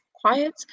quiet